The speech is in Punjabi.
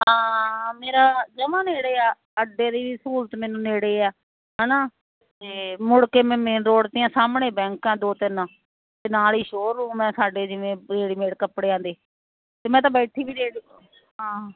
ਹਾਂ ਹਾਂ ਮੇਰਾ ਜਮਾਂ ਨੇੜੇ ਆ ਅੱਡੇ ਦੀ ਸਹੂਲਤ ਮੈਨੂੰ ਨੇੜੇ ਆ ਹੈ ਨਾ ਤੇ ਮੁੜ ਕੇ ਮੈਂ ਮੇਨ ਰੋਡ 'ਤੇ ਆ ਅਤੇ ਸਾਹਮਣੇ ਬੈਂਕਾਂ ਦੋ ਤਿੰਨ ਅਤੇ ਨਾਲ ਹੀ ਸ਼ੋਅਰੂਮ ਹੈ ਸਾਡੇ ਜਿਵੇਂ ਰੇਡੀਮੇਡ ਕੱਪੜਿਆਂ ਦੇ ਅਤੇ ਮੈਂ ਤਾਂ ਬੈਠੀ ਵੀ ਨੇੜੇ ਹਾਂ